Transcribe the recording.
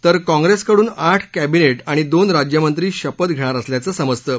तर कॉंग्रेसकडून आठ कॅबिनेट आणि दोन राज्यमंत्री शपथ घेणार असल्याचं समजतं